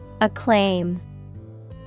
Acclaim